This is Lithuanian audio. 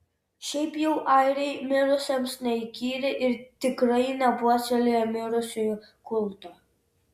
šiaip jau airiai mirusiesiems neįkyri ir tikrai nepuoselėja mirusiųjų kulto